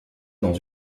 dans